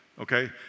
okay